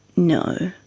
no.